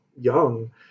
young